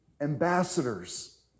ambassadors